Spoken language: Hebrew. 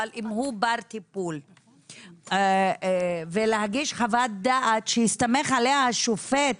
אלא אם הוא בר טיפול ולהגיש חוות דעת שיסתמך עליה השופט